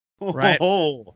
Right